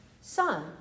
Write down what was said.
Son